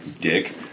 Dick